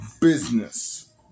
business